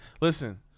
listen